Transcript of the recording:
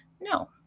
No